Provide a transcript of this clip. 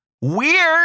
weird